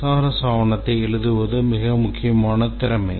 SRS ஆவணத்தை எழுதுவது மிக முக்கியமான திறமை